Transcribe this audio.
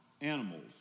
animals